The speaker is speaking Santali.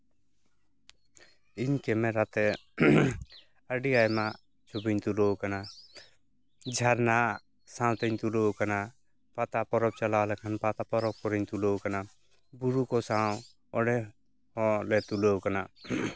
ᱤᱧ ᱠᱮᱢᱮᱨᱟ ᱛᱮ ᱟᱹᱰᱤ ᱟᱭᱢᱟ ᱪᱷᱚᱵᱤᱧ ᱛᱩᱞᱟᱹᱣ ᱠᱟᱱᱟ ᱡᱷᱟᱨᱱᱟ ᱥᱟᱶᱛᱤᱧ ᱛᱩᱞᱟᱹᱣ ᱠᱟᱱᱟ ᱯᱟᱛᱟ ᱯᱚᱨᱚᱵᱽ ᱪᱟᱞᱟᱣ ᱞᱮᱠᱷᱟᱱ ᱯᱟᱛᱟ ᱯᱚᱨᱚᱵᱽ ᱠᱚᱨᱮᱧ ᱛᱩᱞᱟᱹᱣ ᱠᱟᱱᱟ ᱵᱩᱨᱩ ᱠᱚ ᱥᱟᱶ ᱚᱸᱰᱮ ᱦᱚᱸᱞᱮ ᱛᱩᱞᱟᱹᱣ ᱠᱟᱱᱟ